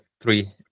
three